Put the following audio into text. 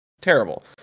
terrible